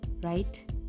right